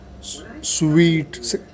sweet